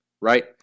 right